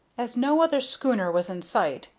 as no other schooner was in sight,